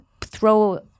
throw